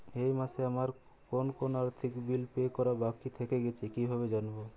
এই মাসে আমার কোন কোন আর্থিক বিল পে করা বাকী থেকে গেছে কীভাবে জানব?